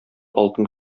алтын